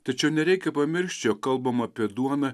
tačiau nereikia pamiršt jog kalbam apie duoną